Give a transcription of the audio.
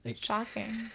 Shocking